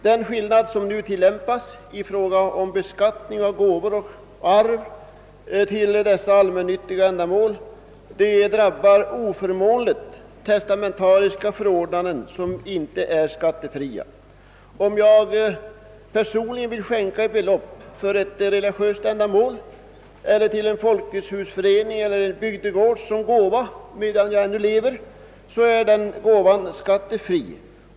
Den skillnad, som för närvarande råder i fråga om beskattning av gåvor och arv till dessa allmännyttiga ändamål, drabbar oförmånligt testamentariska förordnanden som inte är skattefria. Om jag personligen vill skänka ett belopp till något religiöst ändamål, till en folketshusförening eller en bygdegård medan jag ännu lever, så är den gåvan skattefri.